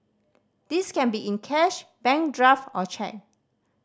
this can be in cash bank draft or cheque